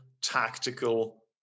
tactical